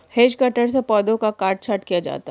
hedge cutter से पौधों का काट छांट किया जाता है